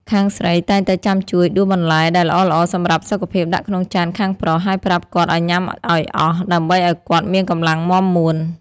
ខាងស្រីតែងតែចាំជួយដួសបន្លែដែលល្អៗសម្រាប់សុខភាពដាក់ក្នុងចានខាងប្រុស ហើយប្រាប់គាត់ឱ្យញ៉ាំឱ្យអស់ ដើម្បីឱ្យគាត់មានកម្លាំងមាំមួន។